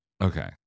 Okay